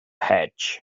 hedge